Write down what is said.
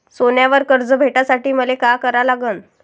सोन्यावर कर्ज भेटासाठी मले का करा लागन?